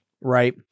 Right